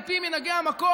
על פי מנהגי המקום,